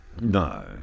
No